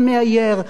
המאייר,